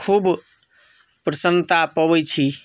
खूब प्रसन्नता पबै छी